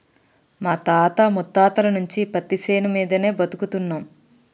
మా తాత ముత్తాతల నుంచి పత్తిశేను మీదనే బతుకుతున్నం